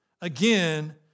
Again